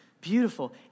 beautiful